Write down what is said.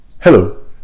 Hello